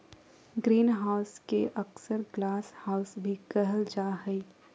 greenhouse के अक्सर glasshouse भी कहल जा हइ